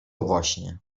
właśnie